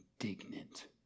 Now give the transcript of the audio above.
indignant